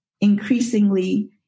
increasingly